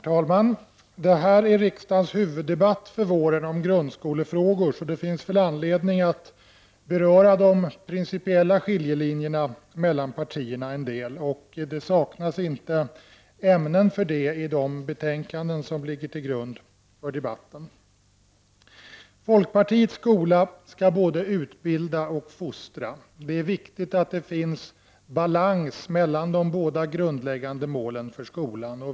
Herr talman! Detta är riksdagens huvuddebatt för våren om grundskolefrågor, så det finns väl anledning att en del beröra de principiella skiljelinjerna mellan partierna. Det saknas inte ämnen för detta i de betänkanden som ligger till grund för debatten. Folkpartiets skola skall både utbilda och fostra. Det är viktigt att det råder balans mellan de båda grundläggande målen för skolan.